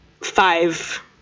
five